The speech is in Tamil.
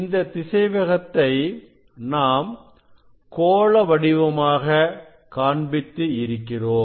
இந்த திசைவேகத்தை நாம் கோள வடிவமாக காண்பித்து இருக்கிறோம்